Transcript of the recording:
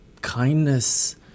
kindness